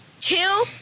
Two